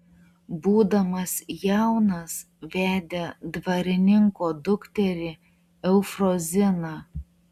būdamas jaunas vedė dvarininko dukterį eufroziną